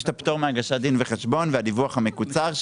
יש את הפטור מהגשת דין וחשבון והדיווח המקוצר,